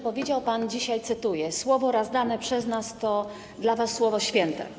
Powiedział pan dzisiaj, cytuję: słowo raz dane przez nas to słowo święte.